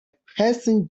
person